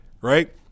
right